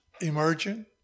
emerging